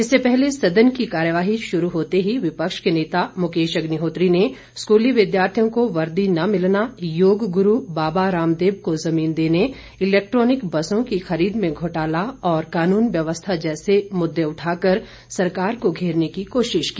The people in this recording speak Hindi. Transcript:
इससे पहले सदन की कार्यवाही शुरू होते ही विपक्ष के नेता मुकेश अग्निहोत्री ने स्कूली विद्यार्थियों को वर्दी न मिलना योग गुरू बाबा राम देव को ज़मीन देनेइलैक्ट्रॉनिक बसों की खरीद में घोटाला और कानून व्यवस्था जैसे मुद्दे उठा कर सरकार को घेरने की कोशिश की